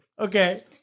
Okay